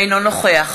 אינו נוכח